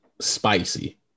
spicy